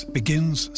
begins